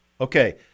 Okay